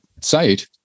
site